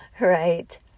right